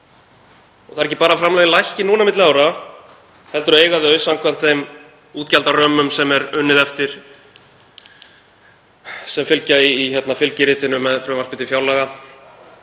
Það er ekki bara að framlögin lækki núna milli ára heldur eiga þau samkvæmt þeim útgjaldarömmum sem unnið er eftir, sem fylgja í fylgiritinu með frumvarpi til fjárlaga,